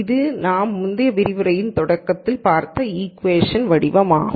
இது நாம் முந்தைய விரிவுரையில் தொடக்கத்தில் பார்த்த இக்கூவேஷனின் வடிவமாகும்